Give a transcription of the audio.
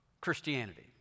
Christianity